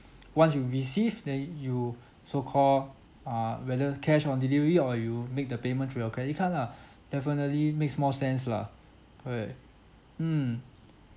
once you received then you so called uh whether cash on delivery or you make the payment through your credit card lah definitely makes more sense lah correct mm